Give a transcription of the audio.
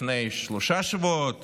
לפני שלושה שבועות